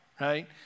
right